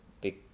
big